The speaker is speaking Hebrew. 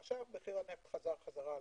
עכשיו מחיר הנפט חזר שוב ל-30,